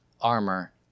armor